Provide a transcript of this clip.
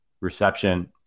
reception